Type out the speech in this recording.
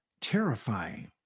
terrifying